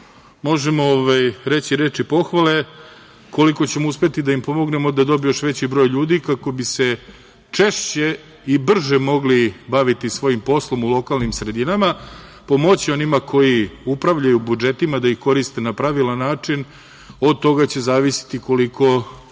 možemo reći reči pohvale koliko ćemo uspeti da im pomognemo da dobiju još veći broj ljudi, kako bi se češće i brže mogli baviti svojim poslom u lokalnim sredinama, pomoći onima koji upravljaju budžetima da ih koriste na pravilan način i od toga će zavisiti koliko